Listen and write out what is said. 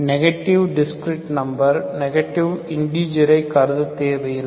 negative discrete number negative இன்டிஜரை கருத தேவை இல்லை